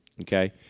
Okay